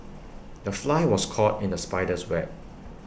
the fly was caught in the spider's web